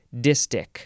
distic